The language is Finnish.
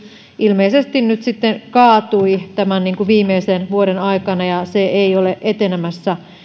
ilmeisesti nyt sitten kaatui tämän viimeisen vuoden aikana eikä se ole etenemässä